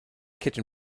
kitchen